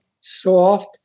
soft